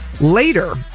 Later